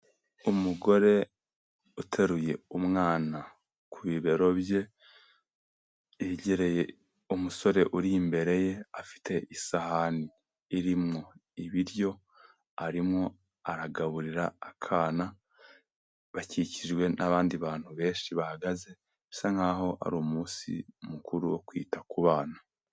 Umugore uteruye umwana ku bibero bye, yegereye umusore uri imbere ye afite isahani irimo ibiryo arimo aragaburira akana, bakikijwe n'abandi bantu benshi bahagaze, bisa nk'aho ari umunsi mukuru wo kwita ku bana.